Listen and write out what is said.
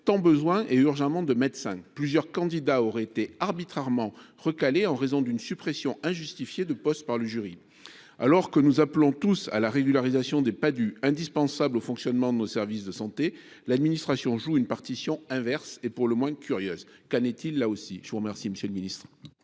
nous avons urgemment besoin de médecins. Plusieurs candidats auraient été arbitrairement recalés en raison d’une suppression injustifiée de postes par le jury. Alors que nous appelons tous à la régularisation des Padhue, indispensables au fonctionnement de nos services de santé, l’administration joue une partition inverse et pour le moins curieuse. Qu’en est il, monsieur le ministre